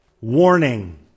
Warning